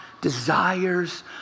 desires